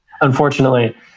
Unfortunately